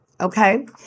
okay